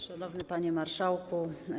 Szanowny Panie Marszałku!